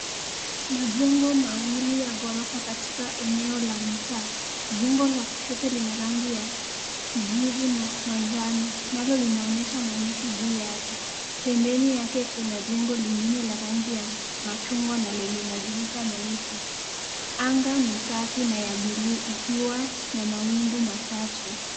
Majengo mawili ya ghorofa katika eneo la mtaa. Jengo la kushoto lina rangi ya kijivu na manjano nalo linaonyesha maandishi juu yake. Pembeni yake kuna jengo lingine la rangi ya machungwa na lenye madirisha meusi. Anga ni safi na ya buluu ikiwa na mawingu machache.